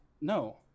no